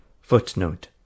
footnote